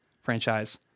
franchise